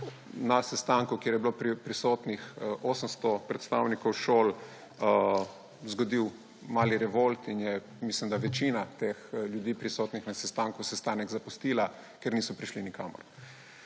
na sestanku, kjer je bilo prisotnih 800 predstavnikov šol, zgodil mali revolt in je, mislim da, večina teh ljudi, prisotnih na sestanku, sestanek zapustila, ker niso prišli nikamor.